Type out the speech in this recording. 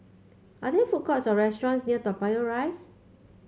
are there food courts or restaurants near Toa Payoh Rise